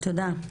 תודה.